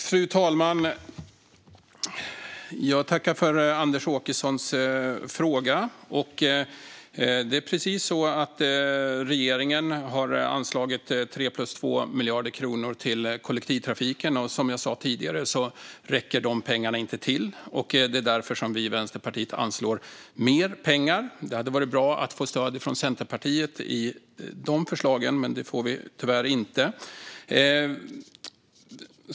Fru talman! Jag tackar för Anders Åkessons frågor. Det stämmer att regeringen har anslagit 3 plus 2 miljarder kronor till kollektivtrafiken, och som jag sa tidigare räcker det inte till. Det är därför som vi i Vänsterpartiet anslår mer pengar. Det hade varit bra att få stöd från Centerpartiet för de förslagen, men det får vi tyvärr inte.